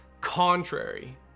contrary